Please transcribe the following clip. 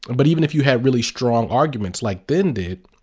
but even if you had really strong arguments, like thind did,